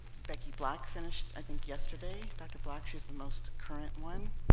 becky black finished i think yesterday dr. black she's the most current one